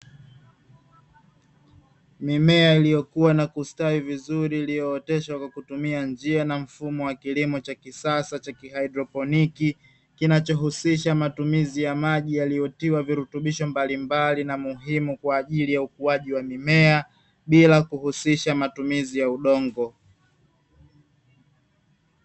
Mimea iliyokua na kustawi vizuri, iliyooteshwa kwa kutumia njia na mfumo wa kilimo cha kisasa cha haidroponiki, kinachohusisha matumizi ya maji yaliyotiwa virutubisho mbalimbali na muhimu, kwa ajili ya ukuaji wa mimea, bila kuhusisha matumizi ya udongo.